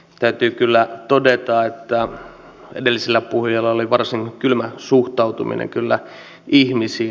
täytyy kyllä todeta että edellisellä puhujalla oli varsin kylmä suhtautuminen ihmisiin